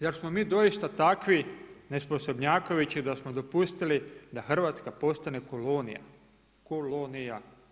Zar smo mi doista takvi nesposobnjakovići da smo dopustili da Hrvatska postane kolonija, kolonija.